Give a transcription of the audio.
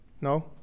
No